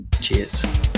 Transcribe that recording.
Cheers